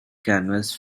canvas